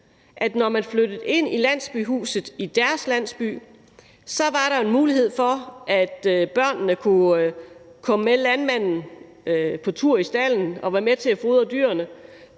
når man indkvarterede sig i et landsbyhus i deres landsby, var en mulighed for, at børnene kunne komme med landmanden på tur i stalden og være med til at fodre dyrene,